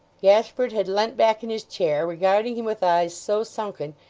gashford had leant back in his chair, regarding him with eyes so sunken,